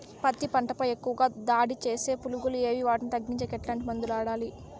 పత్తి పంట పై ఎక్కువగా దాడి సేసే పులుగులు ఏవి వాటిని తగ్గించేకి ఎట్లాంటి మందులు వాడాలి?